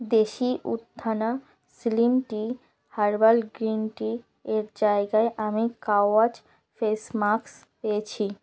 দেশি উত্থানা slim tea herbal green tea এর জায়গায় আমি কাওয়াচ ফেস মাস্ক পেয়েছি